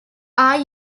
are